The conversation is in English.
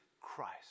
Christ